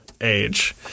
age